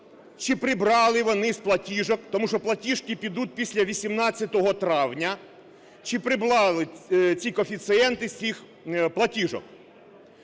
чи прибрали вони з платіжок, тому що платіжки підуть після 18 травня, чи прибрали ці коефіцієнти з цих платіжок.